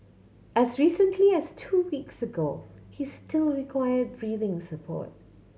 as recently as two weeks ago he still required breathing support